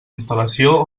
instal·lació